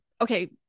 okay